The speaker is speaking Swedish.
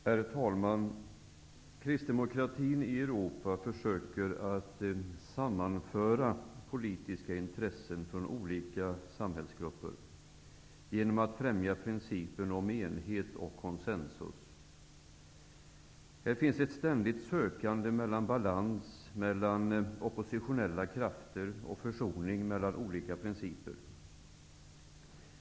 Herr talman! Kristdemokratin i Eruopa försöker sammanföra politiska intressen från olika samhällsgrupper genom att främja principen om enhet, koncensus. Här finns ett ständigt sökande efter balans mellan oppositionella krafter och försoning mellan olika principer.